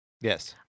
Yes